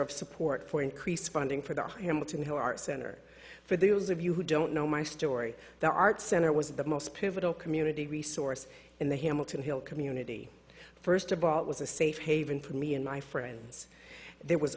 of support for increased funding for the hamilton who are center for those of you who don't know my story the art center was the most pivotal community resource in the hamilton hill community first of all it was a safe haven for me and my friends there was